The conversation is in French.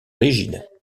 rigide